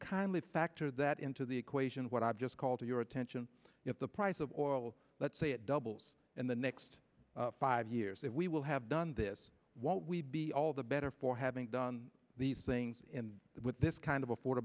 kindly factor that into the equation what i've just called your attention if the price of oil let's say it doubles in the next five years that we will have done this what we'd be all the better for having done these things in with this kind of afford